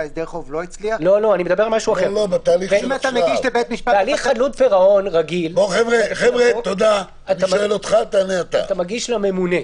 בתהליך חדלות פירעון רגיל אתה מגיש לממונה,